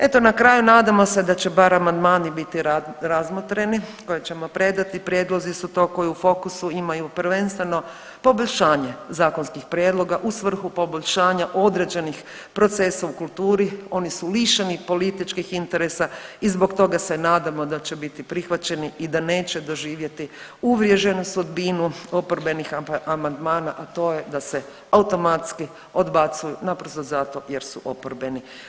Eto na kraju nadamo se da će bar amandmani biti razmotreni koje ćemo predati, prijedlozi su to koji u fokusu imaju prvenstveno poboljšanje zakonskih prijedloga u svrhu poboljšanja određenih procesa u kulturi, oni su lišeni političkih interesa i zbog toga se nadamo da će biti prihvaćeni i da neće doživjeti uvriježenu sudbinu oporbenih amandmana, a to je da se automatski odbacuju naprosto zato jer su oporbeni.